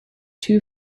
two